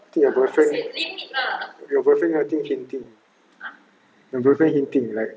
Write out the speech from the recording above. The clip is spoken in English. I think your boyfriend your boyfriend I think hinting your boyfriend hinting like